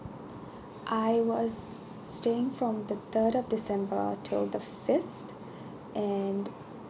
I was staying from the third of december till the fifth and